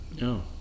no